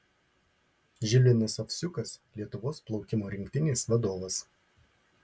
žilvinas ovsiukas lietuvos plaukimo rinktinės vadovas